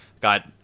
got